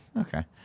okay